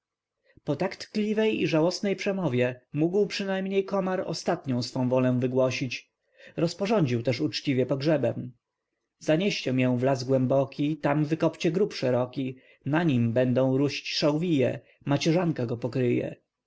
po tak tkliwej i żałosnej przemowie mógł przynajmniej komar ostatnią swą wolę wygłosić rozporządził też uczciwie pogrzebem zanieście mię w las głęboki tam wykopcie grób szeroki na nim będą rość szałwije macierzanka go pokryje